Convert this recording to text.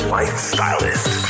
lifestylist